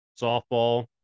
softball